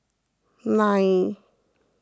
nine